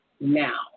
now